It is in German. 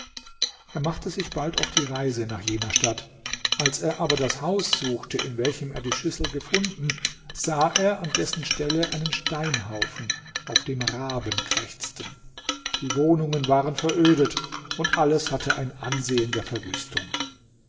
er machte sich bald auf die reise nach jener stadt als er aber das haus suchte in welchem er die schüssel gefunden sah er an dessen stelle einen steinhaufen auf dem raben krächzten die wohnungen waren verödet und alles hatte ein ansehen der verwüstung